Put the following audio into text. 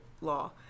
law